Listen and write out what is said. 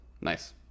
Nice